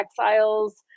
exiles